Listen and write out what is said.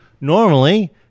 normally